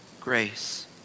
grace